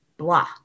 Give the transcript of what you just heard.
blah